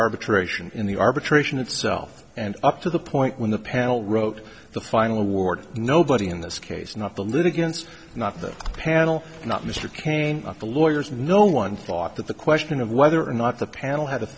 arbitration in the arbitration itself and up to the point when the panel wrote the final award nobody in this case not the litigants not the panel not mr cain the lawyers no one thought that the question of whether or not the panel had